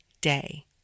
day